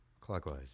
clockwise